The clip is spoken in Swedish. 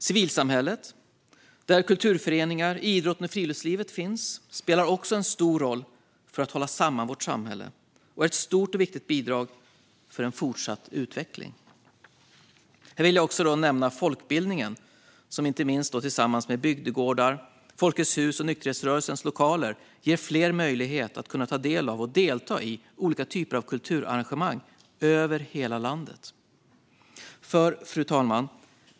Civilsamhället, där kulturföreningar, idrott och friluftsliv finns, spelar också en stor roll för att hålla samman vårt samhälle och är ett stort och viktigt bidrag för fortsatt utveckling. Här vill jag också nämna folkbildningen som, inte minst tillsammans med bygdegårdar, Folkets Hus och nykterhetsrörelsens lokaler ger fler möjlighet att ta del av och delta i olika typer av kulturarrangemang över hela landet. Fru talman!